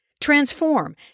Transform